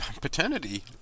paternity